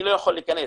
אני לא יכול להיכנס,